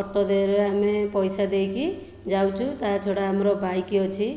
auto ଦେହରେ ଆମେ ପଇସା ଦେଇକି ଯାଉଛୁ ତା' ଛଡ଼ା ଆମର ବାଇକ ଅଛି